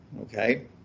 okay